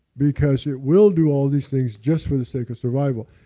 because it will do all these things just for the sake of survival.